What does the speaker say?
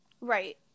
right